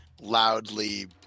loudly